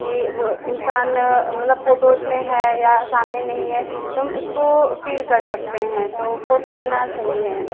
कि वो इंसान मतलब फ़ोटोज़ में है या सामने नहीं है तो हम उसको फ़ील कर सकते हैं तो फ़ोटो लेना सही है